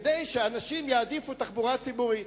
כדי שאנשים יעדיפו תחבורה ציבורית.